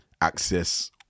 access